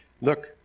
look